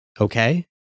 Okay